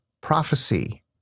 prophecy